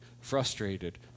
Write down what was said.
frustrated